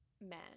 men